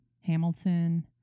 Hamilton